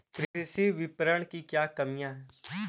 कृषि विपणन की क्या कमियाँ हैं?